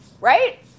right